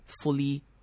fully